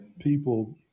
People